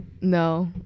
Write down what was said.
No